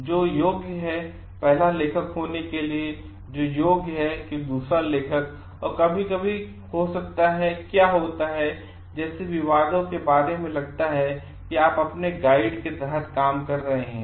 तो जो योग्य है पहला लेखक होने के लिए जो योग्य है कि दूसरा लेखक कभी कभी हो सकता है क्या होता है जैसे विवादों के बारे में लगता है कि आप अपने गाइड के तहत काम कर रहे हैं